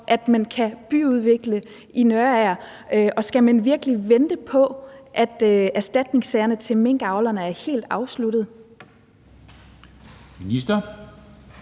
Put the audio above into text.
at man kan byudvikle i Nørager? Og skal man virkelig vente på, at erstatningssagerne til minkavlerne er helt afsluttet? Kl.